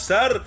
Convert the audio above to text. Sir